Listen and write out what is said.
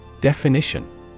Definition